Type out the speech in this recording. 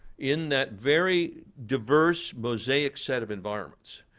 in that very diverse, mosaic set of environments.